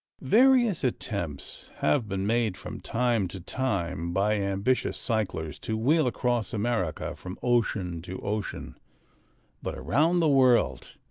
various attempts have been made from time to time, by ambitious cyclers, to wheel across america from ocean to ocean but around the world!